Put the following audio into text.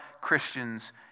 Christians